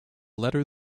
letter